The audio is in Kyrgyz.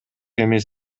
эмес